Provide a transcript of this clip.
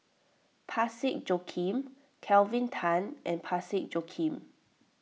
Parsick Joaquim Kelvin Tan and Parsick Joaquim